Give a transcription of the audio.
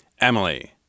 Emily